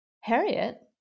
Harriet